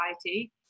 society